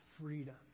freedom